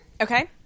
Okay